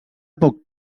poc